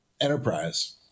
enterprise